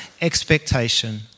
expectation